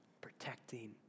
protecting